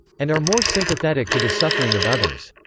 and are more sympathetic to the suffering of others.